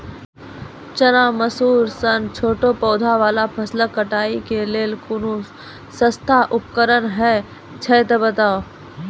चना, मसूर सन छोट पौधा वाला फसल कटाई के लेल कूनू सस्ता उपकरण हे छै तऽ बताऊ?